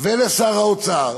ולשר האוצר,